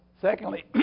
Secondly